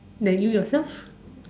then you yourself